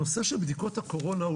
הנושא של בדיקות הקורונה,